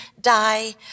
die